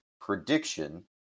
prediction